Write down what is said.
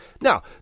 Now